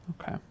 Okay